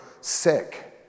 sick